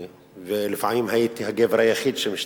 ולפעמים הייתי הגבר היחיד שהשתתף.